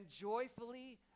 joyfully